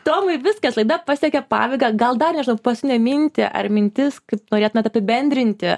tomai viskas laida pasiekė pabaigą gal dar nežinau paskutinę mintį ar mintis kaip norėtumėt apibendrinti